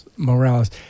Morales